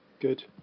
Good